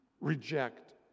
reject